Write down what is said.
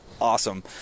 awesome